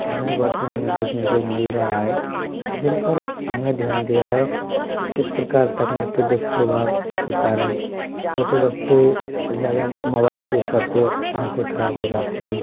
हमें वर्तमान में देखने को मिल रहा है जिन पर हमने ध्यान दिया है कि किस प्रकार तकनीकी दुष्प्रभाव के कारण छोटे बच्चे ज़्यादा मोबाइल उपयोग करते है आँखें ख़राब हो जाती हैं